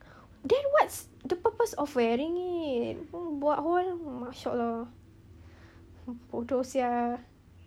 then what's the purpose of wearing it hmm buat hole mashaallah mm bodoh [sial]